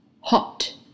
hot